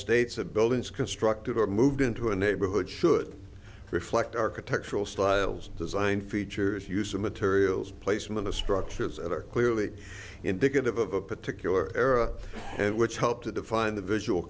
states a building is constructed or moved into a neighborhood should reflect architectural styles design features use of materials placement of structures that are clearly indicative of a particular era which help to define the visual